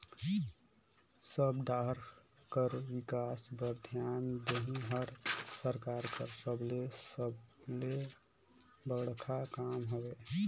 सब डाहर कर बिकास बर धियान देहई हर सरकार कर सबले सबले बड़खा काम हवे